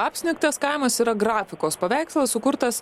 apsnigtas kaimas yra grafikos paveikslas sukurtas